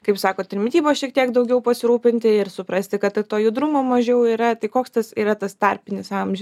kaip sakot ir mitybos šiek tiek daugiau pasirūpinti ir suprasti kad ir to judrumo mažiau yra tai koks tas yra tas tarpinis amžius